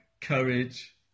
courage